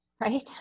Right